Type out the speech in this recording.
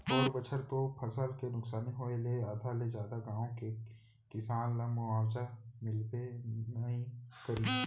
पउर बछर तो फसल के नुकसानी होय ले आधा ले जादा गाँव के किसान ल मुवावजा मिलबे नइ करिस